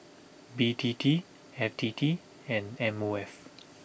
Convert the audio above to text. B T T F T T and M O F